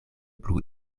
plu